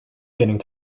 getting